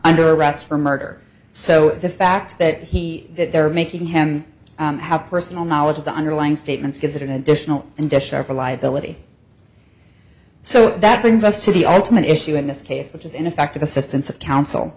under arrest for murder so the fact that he that they're making him have personal knowledge of the underlying statements gives it an additional and discover liability so that brings us to the ultimate issue in this case which is ineffective assistance of coun